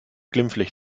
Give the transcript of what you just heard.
glimpflich